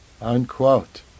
unquote